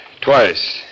twice